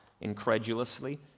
incredulously